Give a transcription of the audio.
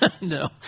No